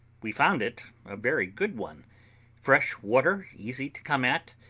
we found it a very good one fresh water easy to come at,